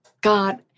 God